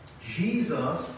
Jesus